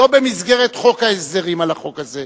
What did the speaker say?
לא במסגרת חוק ההסדרים על החוק הזה.